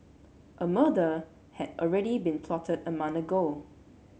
a murder had already been plotted a month ago